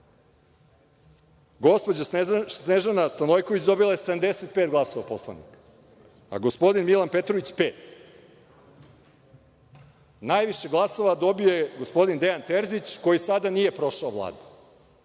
Snežana Stanojković dobila je 75 glasova poslanika, a gospodin Milan Petrović pet. Najviše glasova dobio je gospodin Dejan Terzić, koji sada nije prošao Vladu.